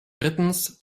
drittens